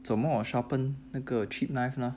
怎么 sharpen 那个 cheap knife leh